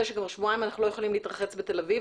שכבר שבועיים אנחנו לא יכולים להתרחץ בתל אביב,